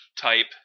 type